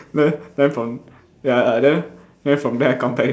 then then from ya ya then then from there I come back